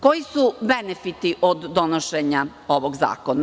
Koji su benefiti od donošenja ovog zakona?